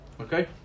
Okay